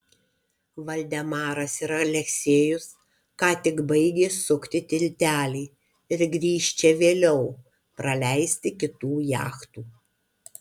valdemaras ir aleksejus ką tik baigė sukti tiltelį ir grįš čia vėliau praleisti kitų jachtų